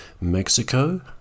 Mexico